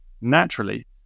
naturally